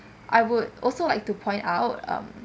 I would also like to point out um